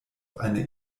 eine